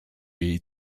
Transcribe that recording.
jej